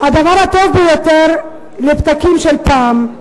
הדבר הטוב ביותר לפתקים של פעם.